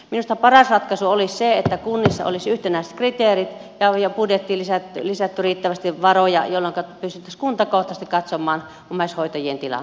minusta paras ratkaisu olisi se että kunnissa olisi yhtenäiset kriteerit ja budjettiin olisi lisätty riittävästi varoja jolloinka pystyttäisiin kuntakohtaisesti katsomaan omaishoitajien tilanne